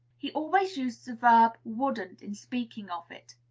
he always used the verb wouldn't in speaking of it.